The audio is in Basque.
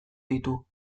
ditu